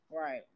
Right